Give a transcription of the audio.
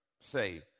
say